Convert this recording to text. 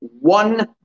one